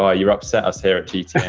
ah you upset us here at gtn.